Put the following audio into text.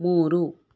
ಮೂರು